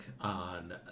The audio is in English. on